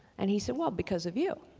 and he said, well, because of you.